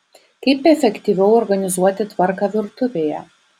kaip efektyviau organizuoti tvarką virtuvėje